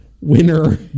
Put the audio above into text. winner